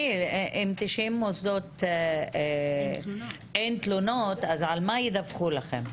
אם ב-90 מוסדות אין תלונות אז על מה ידווחו לכם?